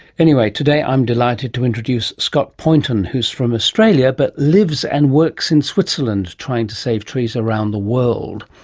anyway, today i'm delighted to introduce scott poynton, who's from australia but lives and works in switzerland, trying to save trees around the world.